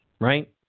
Right